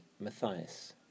Matthias